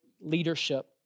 leadership